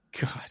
God